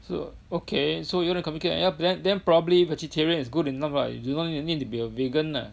so okay so you wanna communicate yup then then probably vegetarian is good enough lah you do not need need to be a vegan lah